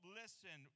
listen